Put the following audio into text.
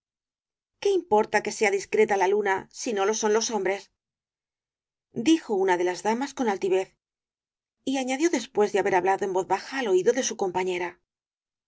qué importa que sea discreta la luna si no lo son los hombres dijo una de las damas con altivez y añadió después de haber hablado en voz baja al oído de su compañera